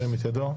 ירים את ידו.